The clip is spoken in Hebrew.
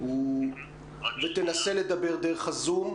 בנושא של הילדים המשולבים.